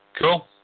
Cool